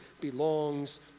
belongs